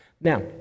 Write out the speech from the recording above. Now